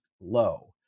low